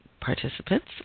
Participants